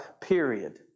period